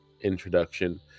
introduction